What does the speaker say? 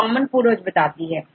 जो कॉमन पूर्वज बताती है